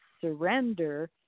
surrender